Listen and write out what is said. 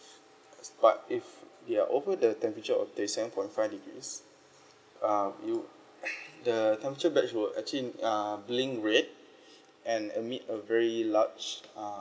but if they're over the temperature of thirty seven point five degrees uh you the temperature badge will actually err blink red and and make a very large uh